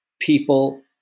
people